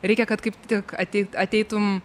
reikia kad kaip tik atei ateitum